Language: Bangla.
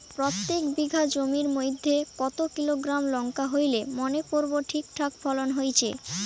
প্রত্যেক বিঘা জমির মইধ্যে কতো কিলোগ্রাম লঙ্কা হইলে মনে করব ঠিকঠাক ফলন হইছে?